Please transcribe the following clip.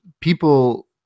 people